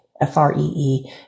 F-R-E-E